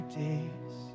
days